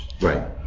Right